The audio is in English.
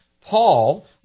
Paul